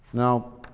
now,